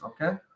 Okay